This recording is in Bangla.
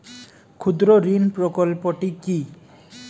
ক্ষুদ্রঋণ প্রকল্পটি কি?